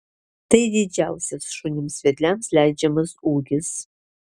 tai didžiausias šunims vedliams leidžiamas ūgis